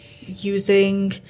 using